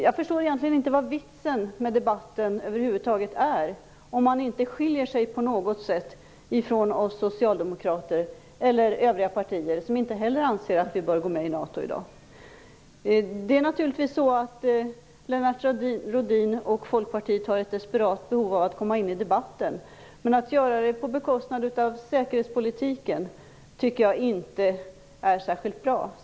Jag förstår egentligen inte vad vitsen med debatten över huvud taget är om man inte skiljer sig på något sätt från oss socialdemokrater eller övriga partier, som inte heller anser att vi bör gå med i NATO i dag. Lennart Rohdin och Folkpartiet har naturligtvis ett desperat behov av att komma in i debatten. Men att göra det på bekostnad av säkerhetspolitiken tycker jag inte är särskilt bra.